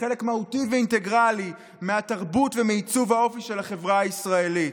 לחלק מהותי ואינטגרלי מהתרבות ומעיצוב האופי של החברה הישראלית.